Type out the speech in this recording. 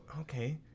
Okay